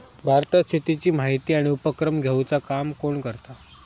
भारतात शेतीची माहिती आणि उपक्रम घेवचा काम कोण करता?